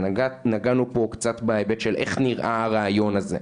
נגענו פה קצת בהיבט של איך נראה הריאיון הזה,